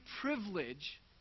privilege